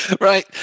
Right